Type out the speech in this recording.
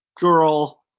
girl